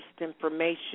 information